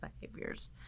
behaviors